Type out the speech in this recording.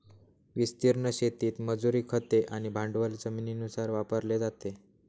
विस्तीर्ण शेतीत मजुरी, खते आणि भांडवल जमिनीनुसार वापरले जाते